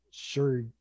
sure